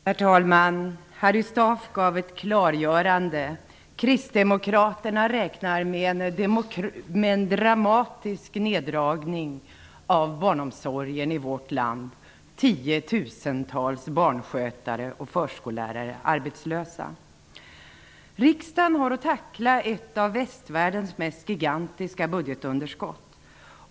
Herr talman! Harry Staaf gav ett klargörande. Kristdemokraterna räknar med en dramatisk neddragning av barnomsorgen i vårt land som gör tiotusentals barnskötare och förskollärare arbetslösa. Riksdagen har att tackla ett av västvärldens mest gigantiska budgetunderskott.